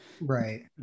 Right